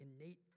innate